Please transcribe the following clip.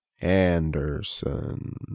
Anderson